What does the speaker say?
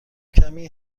کمی